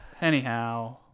anyhow